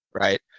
Right